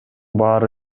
баары